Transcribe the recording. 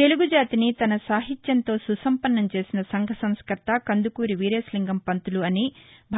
తెలుగు జాతిని తన సాహిత్యంతో సుసపన్నంచేసిన సంఘసంస్కర్త కందుకూరి వీరేశలింగం పంతులని